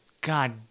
God